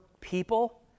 people